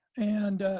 and